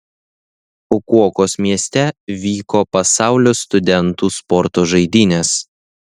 fukuokos mieste vyko pasaulio studentų sporto žaidynės